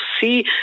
see